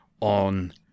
on